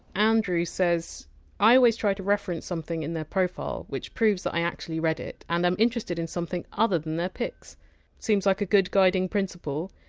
andrew says! plus i always try to reference something in their profile which proves that i actually read it and i'm interested in something other than their pics seems like a good guiding principle.